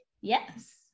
Yes